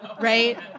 Right